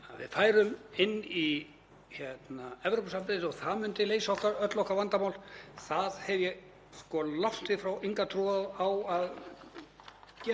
geti átt sér stað, langt í frá. Við verðum og eigum að leysa þetta sjálf. Við eigum að tryggja að krónan virki. Við getum það